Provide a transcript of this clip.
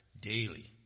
daily